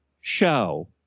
show